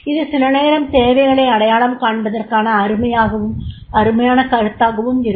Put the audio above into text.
அது சில நேரம் தேவைகளை அடையாளம் காண்பதற்கான அருமையான கருத்தாகவும் இருக்கும்